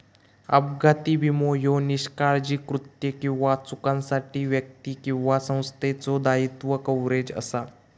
अपघाती विमो ह्यो निष्काळजी कृत्यो किंवा चुकांसाठी व्यक्ती किंवा संस्थेचो दायित्व कव्हरेज असा